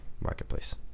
marketplace